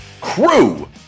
crew